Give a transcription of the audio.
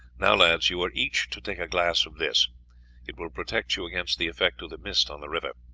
now, lads, you are each to take a glass of this it will protect you against the effect of the mist on the river.